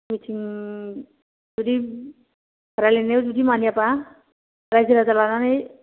मिथिं जुदि रायलायनायाव जुदि मानियाब्ला रायजो राजा लानानै